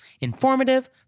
Informative